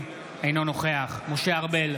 אינו נוכח משה ארבל,